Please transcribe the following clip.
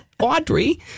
Audrey